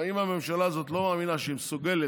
אם הממשלה הזאת לא מאמינה שהיא מסוגלת